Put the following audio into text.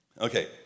Okay